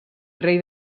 rei